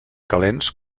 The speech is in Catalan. calents